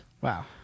Wow